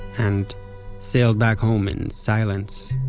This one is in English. and sailed back home in silence